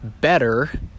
better